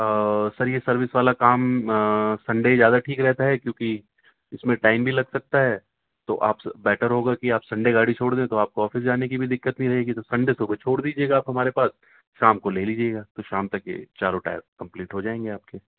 سر یہ سروس والا کام سنڈے ہی زیادہ ٹھیک رہتا ہے کیونکہ اس میں ٹائم بھی لگ سکتا ہے تو آپ بیٹر ہوگا کہ آپ سنڈے گاڑی چھوڑ دیں تو آپ کو آفس جانے کی بھی دقت نہیں رہے گی تو سنڈے صبح چھوڑ دیجیے گا آپ ہمارے پاس شام کو لے لیجیے گا تو شام تک یہ چاروں ٹائر کمپلیٹ ہو جائیں گے آپ کے